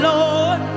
Lord